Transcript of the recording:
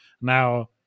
now